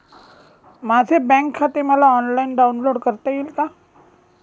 माझे बँक खाते मला ऑनलाईन डाउनलोड करता येईल का?